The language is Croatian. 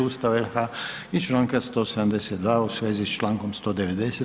Ustava RH i Članka 172. u svezi s Člankom 190.